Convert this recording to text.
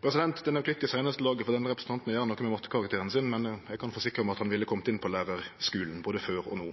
Det er nok litt i seinaste laget for denne representanten å gjere noko med mattekarakteren sin, men eg kan forsikre om at han ville ha kome inn på lærarskulen, både før og no.